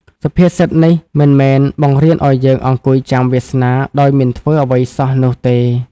សុភាសិតនេះមិនមែនបង្រៀនឱ្យយើងអង្គុយចាំវាសនាដោយមិនធ្វើអ្វីសោះនោះទេ។